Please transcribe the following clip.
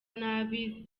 nabi